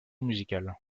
musicale